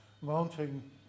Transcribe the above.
mounting